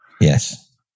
Yes